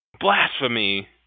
blasphemy